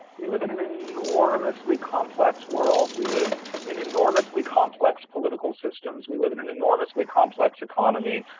we live in an enormously complex world. we live in enormously complex political systems. we live in an enormously complex economy.